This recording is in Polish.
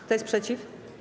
Kto jest przeciw?